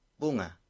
bunga